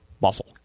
muscle